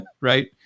right